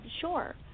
Sure